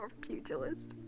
pugilist